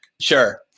Sure